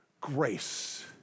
grace